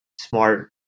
smart